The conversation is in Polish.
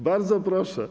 Bardzo proszę.